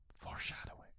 foreshadowing